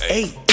eight